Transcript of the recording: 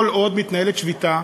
כל עוד מתנהלת שביתה,